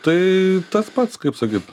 tai tas pats kaip sakyt